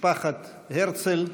משפחת הרצל,